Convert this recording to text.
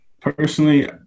personally